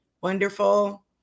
Wonderful